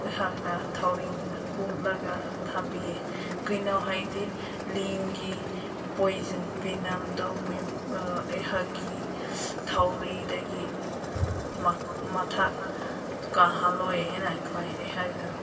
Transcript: ꯑꯩꯍꯥꯛꯅ ꯊꯧꯔꯤꯅ ꯄꯨꯜꯂꯒ ꯊꯝꯕꯤꯌꯦ ꯀꯩꯅꯣ ꯍꯥꯏꯗꯤ ꯂꯤꯟꯒꯤ ꯄꯣꯏꯖꯟ ꯚꯦꯅꯝꯗꯣ ꯑꯩꯍꯥꯛꯀꯤ ꯊꯧꯔꯤꯗꯒꯤ ꯃꯊꯛ ꯀꯥꯍꯜꯂꯣꯏ ꯍꯥꯏꯅ ꯑꯩꯈꯣꯏ ꯑꯩꯍꯥꯛꯅ